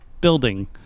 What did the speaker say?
building